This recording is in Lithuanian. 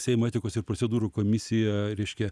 seimo etikos ir procedūrų komisija reiškia